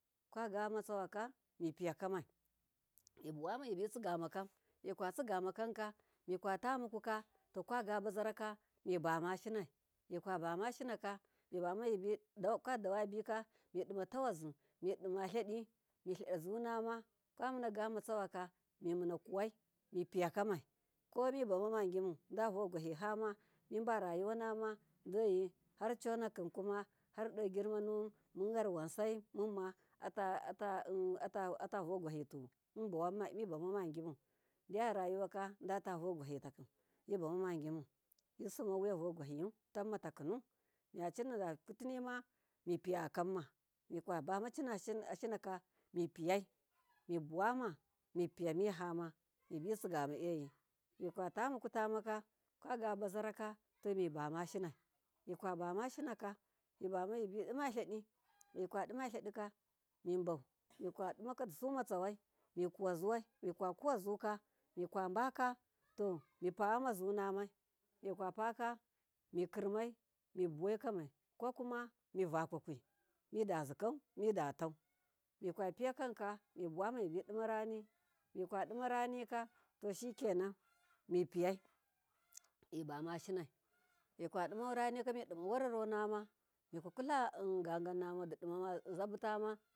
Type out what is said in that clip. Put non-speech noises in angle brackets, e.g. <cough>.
Kwagamatsawaka mipiyakamai mibuwama mibi tsigama kamka mikatamukuka tokwagabazara ka mibamashinai, mikwabamashinaka kwadawa bika midima tawazi midima lidazunama kwamunaga matsawaka mimunakuwai mipiyakamai, komibamama gimu miba rayuwanama deyi harconakim munyar wansai ata <hesitation> vogwashi tuwun mibama magimu deyan rayuwaka datavogwahi takinkin mibamamagimu misimmawa vogwahi yu miya cinadikutima akamma mipiyakamma mikwabamacinashin ashin aka mipiyai, mubuwama mipiya miyahama mibitsigama oyi mikata mukutamaka kwagabazaraka to mibamashinai, yikwa bamashinaka mibama mibinatṫdi mikwadima tṫdṫka mubau, mikadimaka disumatsuwai mikuwa zuwai mikwakuwa zuka mikwabaka mipayamazunamai, mikwapaka mikir mai mibuwai kamai kokumamivokwakw midazi kau midatau mikwapiya kanka mikwapiya kanka mibuwama mijidimarani mikwaniranika mipiyai, mibamashinai mikwadima ranika midima wararonama dikwakula gagan nama midinaza butama.